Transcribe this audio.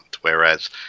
Whereas